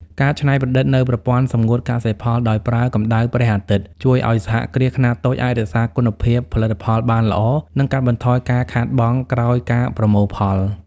ការច្នៃប្រឌិតនូវប្រព័ន្ធសម្ងួតកសិផលដោយប្រើកម្ដៅព្រះអាទិត្យ ជួយឱ្យសហគ្រាសខ្នាតតូចអាចរក្សាគុណភាពផលិតផលបានល្អ និងកាត់បន្ថយការខាតបង់ក្រោយការប្រមូលផល។